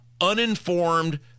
uninformed